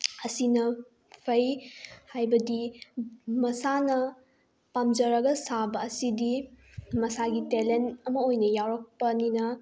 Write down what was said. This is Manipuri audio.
ꯑꯁꯤꯅ ꯐꯩ ꯍꯥꯏꯕꯗꯤ ꯃꯁꯥꯅ ꯄꯥꯝꯖꯔꯒ ꯁꯥꯕ ꯑꯁꯤꯗꯤ ꯃꯁꯥꯒꯤ ꯇꯦꯂꯦꯟ ꯑꯃ ꯑꯣꯏꯅ ꯌꯥꯎꯔꯛꯄꯅꯤꯅ